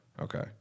Okay